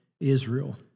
Israel